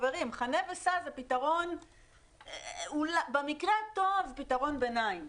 חנה וסע זה במקרה הטוב פתרון ביניים.